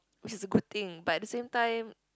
which is a good thing but at the same time